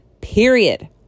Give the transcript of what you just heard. period